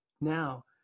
now